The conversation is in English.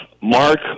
Mark